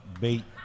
bait